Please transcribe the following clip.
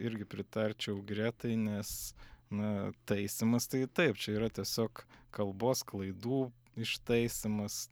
irgi pritarčiau gretai nes na taisymas tai taip čia yra tiesiog kalbos klaidų ištaisymas